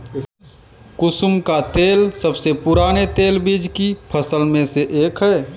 कुसुम का तेल सबसे पुराने तेलबीज की फसल में से एक है